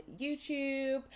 YouTube